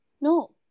No